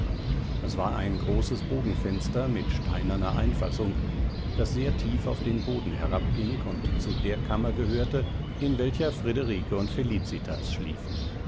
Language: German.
es war ein großes bogenfenster mit steinerner einfassung das sehr tief auf den boden herabging und zu der kammer gehörte in welcher friederike und felicitas schliefen